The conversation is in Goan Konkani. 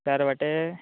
चार वांटे